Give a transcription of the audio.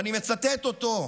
ואני מצטט אותו: